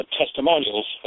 testimonials